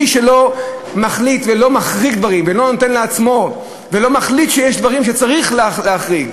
מי שלא מחליט ולא מחריג דברים ולא מחליט שיש דברים שצריך להחריג,